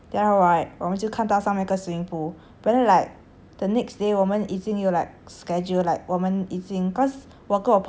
but then like the next day 我们已经有 like schedule like 我们已经 cause 我跟我朋友 right 是去哪里 for like a fan meet lah